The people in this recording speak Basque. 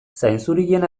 zainzurien